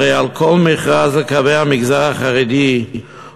הרי על כל מכרז על קווי המגזר החרדי או